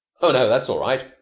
oh, no, that's all right.